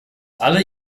alle